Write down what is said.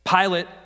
Pilate